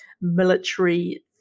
military